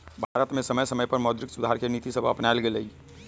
भारत में समय समय पर मौद्रिक सुधार के नीतिसभ अपानाएल गेलइ